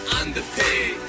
underpaid